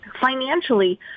Financially